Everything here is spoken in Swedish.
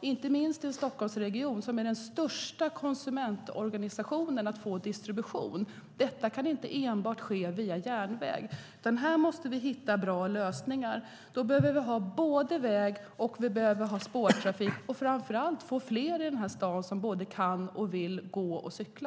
Inte minst i Stockholmsregionen, som är den största konsumentorganisationen, behöver vi distribution, och det kan inte ske enbart via järnväg. Här måste vi hitta bra lösningar. Då behöver vi både väg och spårtrafik, och vi behöver framför allt få fler i stan som kan och vill gå och cykla.